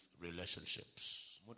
Relationships